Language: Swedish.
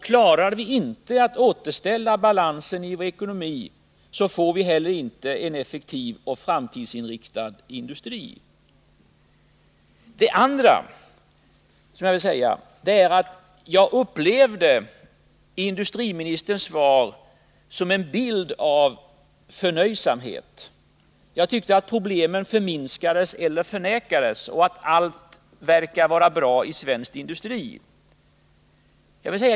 Klarar vi inte att återställa balansen i vår ekonomi får vi inte heller en effektiv och framtidsinriktad industri. Jag upplevde industriministerns svar som förnöjsamt. Jag tyckte att problemen förminskades eller förnekades — allt verkade vara bra i svensk industri.